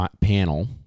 panel